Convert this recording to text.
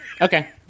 Okay